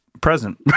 present